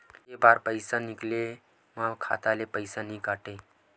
के बार पईसा निकले मा खाता ले पईसा नई काटे?